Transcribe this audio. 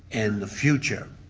and the future.